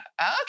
okay